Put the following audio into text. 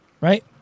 right